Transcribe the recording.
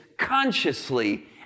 consciously